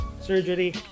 surgery